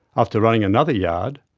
after running another yard,